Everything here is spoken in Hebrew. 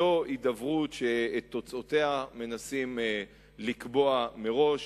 אבל לא הידברות שאת תוצאותיה מנסים לקבוע מראש.